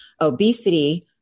obesity